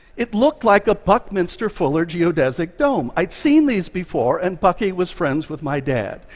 it looked like a buckminster fuller geodesic dome. i'd seen these before, and bucky was friends with my dad.